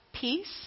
peace